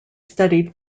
studied